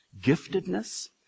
giftedness